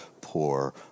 poor